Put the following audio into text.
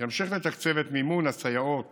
ימשיך לתקצב את מימון הסייעות